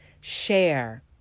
share